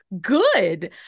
good